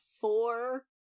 four